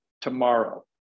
tomorrow